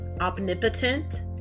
omnipotent